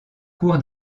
cours